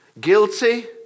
Guilty